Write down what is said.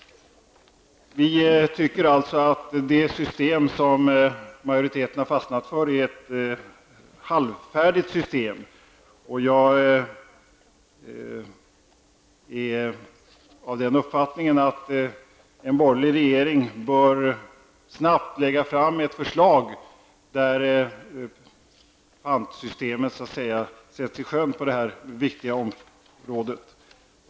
Vi tycker alltså att det system som majoriteten har fastnat för är ett halvfärdigt system. Jag är av den uppfattningen att en borgerlig regering bör snabbt lägga fram ett förslag där pantsystemet sätts i sjön på detta viktiga område.